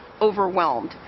overwhelmed